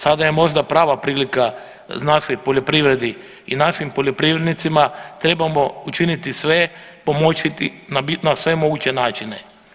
Sada je možda prava prilika, našoj poljoprivredi i našim poljoprivrednicima trebamo učiniti sve i pomoći na sve moguće načine.